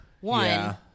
one